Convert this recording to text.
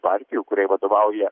partijų kuriai vadovauja